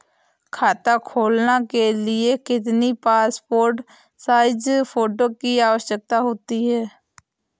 खाता खोलना के लिए कितनी पासपोर्ट साइज फोटो की आवश्यकता होती है?